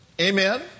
Amen